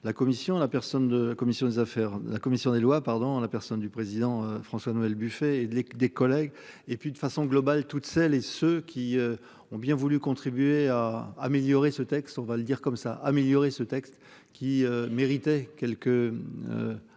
La commission des Lois pardon en la personne du président François Noël Buffet et les des collègues et puis de façon globale. Toutes celles et ceux qui ont bien voulu contribuer à améliorer ce texte, on va le dire comme ça à améliorer ce texte qui méritait quelques.